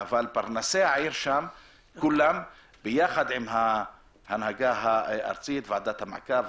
אבל פרנסי העיר יחד עם ההנהגה הארצית ועדת המעקב,